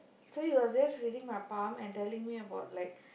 so he was just reading my palm and telling about like